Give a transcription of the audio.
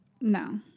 No